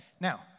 Now